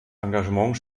engagement